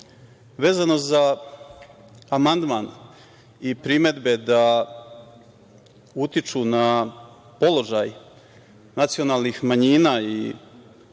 vezano za amandman i primedbe da utiču na položaj nacionalnih manjina i